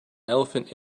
elephant